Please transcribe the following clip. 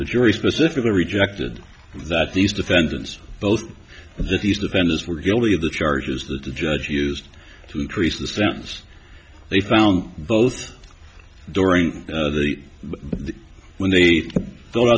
the jury specifically rejected that these defendants both of these defendants were guilty of the charges that the judge used to increase the sentence they found both during the when they thought